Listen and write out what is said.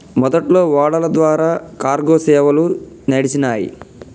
మొదట్లో ఓడల ద్వారా కార్గో సేవలు నడిచినాయ్